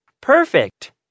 Perfect